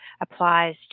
applies